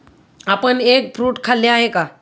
आपण egg fruit खाल्ले आहे का?